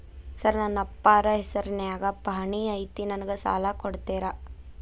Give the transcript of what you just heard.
Sir ನನ್ನ ಅಪ್ಪಾರ ಹೆಸರಿನ್ಯಾಗ್ ಪಹಣಿ ಐತಿ ನನಗ ಸಾಲ ಕೊಡ್ತೇರಾ?